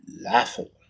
laughable